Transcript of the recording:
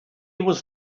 was